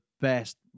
best